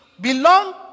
Belong